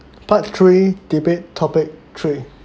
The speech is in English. part three debate topic three